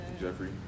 Jeffrey